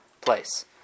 place